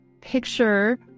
Picture